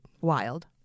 wild